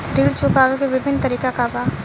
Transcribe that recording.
ऋण चुकावे के विभिन्न तरीका का बा?